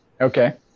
Okay